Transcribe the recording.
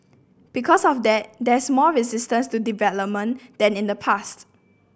because of that there's more resistance to development than in the past